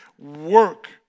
work